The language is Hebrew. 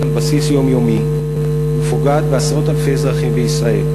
על בסיס יומיומי ופוגעת בעשרות אלפי אזרחים בישראל: